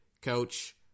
Coach